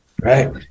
right